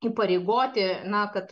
įpareigoti na kad